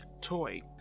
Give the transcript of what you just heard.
toy